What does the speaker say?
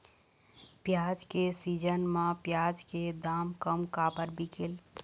प्याज के सीजन म प्याज के दाम कम काबर बिकेल?